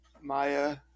maya